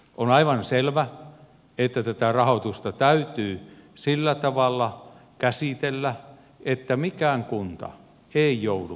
on aivan selvä että tätä rahoitusta täytyy sillä tavalla käsitellä että mikään kunta ei joudu kohtuuttomuuden eteen